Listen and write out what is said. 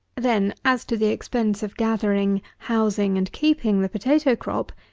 then, as to the expense of gathering, housing, and keeping the potatoe crop,